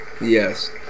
yes